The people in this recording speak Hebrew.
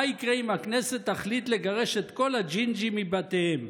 מה יקרה אם הכנסת תחליט לגרש את כל הג'ינג'ים מבתיהם?